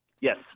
Yes